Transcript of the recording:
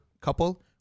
couple